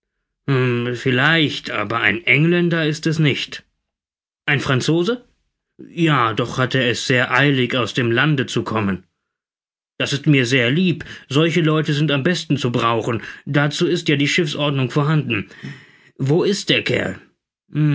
vielleicht aber ein engländer ist es nicht ein franzose ja doch hat er es sehr eilig aus dem lande zu kommen das ist mir sehr lieb solche leute sind am besten zu brauchen dazu ist ja die schiffsordnung vorhanden wo ist der kerl